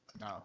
No